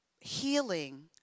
healing